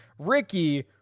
Ricky